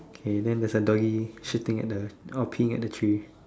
okay then there's a doggy shitting at the or peeing at the tree